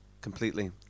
Completely